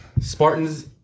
Spartans